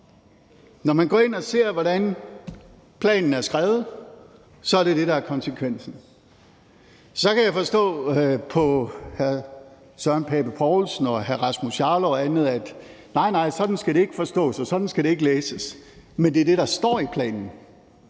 Når man går ind og ser, hvordan planen er skrevet, er det det, der er konsekvensen. Så kan jeg forstå på hr. Søren Pape Poulsen og hr. Rasmus Jarlov, at nej, nej, sådan skal det ikke forstås, og sådan skal det ikke læses. Men det er det, der står i planen.